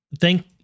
thank